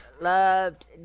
loved